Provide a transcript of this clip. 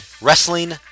Wrestling